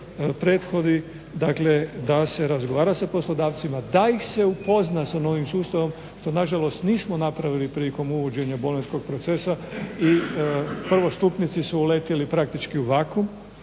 prethodi, dakle da se razgovara sa poslodavcima, da ih se upozna sa novim sustavom što nažalost nismo napravili prilikom uvođenja bolonjskog procesa i prvostupnici su uletjeli praktički u vakuum